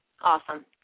Awesome